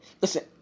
listen